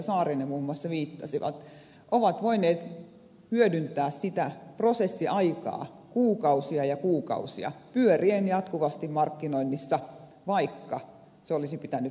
saarinen muun muassa viittasi ovat voineet hyödyntää sitä prosessiaikaa kuukausia ja kuukausia pyörien jatkuvasti markkinoinnissa vaikka se olisi pitänyt pystyä kieltämään